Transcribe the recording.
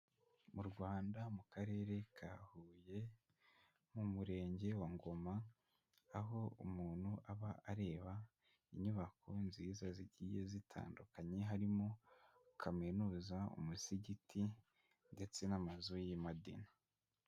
Mu Rwanda, mu Karere ka Huye, mu Murenge wa Ngoma, aho umuntu aba areba inyubako nziza zigiye zitandukanye harimo kaminuza, umusigiti ndetse n'amazu y'i Madina.